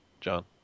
John